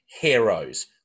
heroes